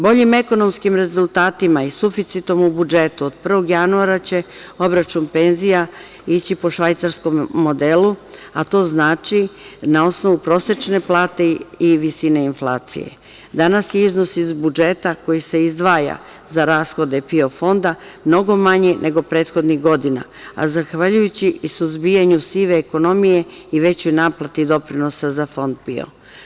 Boljim ekonomskim rezultatima i suficitom u budžetu od 1. januara će obračun penzija ići po švajcarskom modelu, a to znači na osnovu prosečne plate i visine inflacije, danas je iznos iz budžeta koji se izdvaja za rashode i PIO Fonda, mnogo manji nego prethodnih godina, a zahvaljujući i suzbijanju sive ekonomije i većoj naplati doprinosa za Fond PIO.